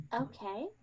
Okay